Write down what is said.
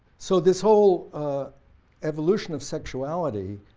so this whole evolution of sexuality